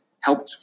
helped